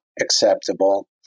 acceptable